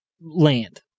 Land